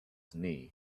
knee